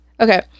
Okay